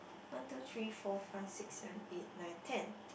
one two three four five six seven eight nine ten